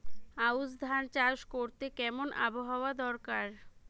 আউশ ধান চাষ করতে কেমন আবহাওয়া দরকার?